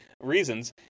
reasons